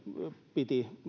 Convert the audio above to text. piti